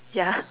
ya